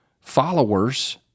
followers